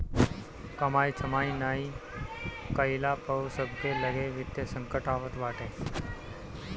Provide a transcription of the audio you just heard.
कमाई धमाई नाइ कईला पअ सबके लगे वित्तीय संकट आवत बाटे